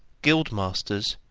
guild-masters,